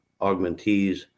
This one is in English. augmentees